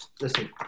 listen